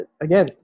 again